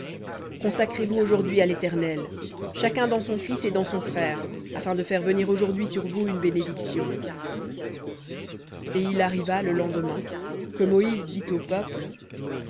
consacrez vous aujourd'hui à l'éternel chacun dans son fils et dans son frère afin de faire venir aujourd'hui sur vous bénédiction v et il arriva le lendemain que moïse dit au peuple